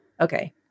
Okay